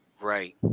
Right